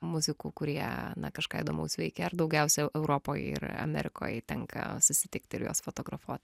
muzikų kurie na kažką įdomaus veikia ar daugiausia europoj ir amerikoj tenka susitikti ir juos fotografuot